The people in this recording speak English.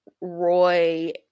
Roy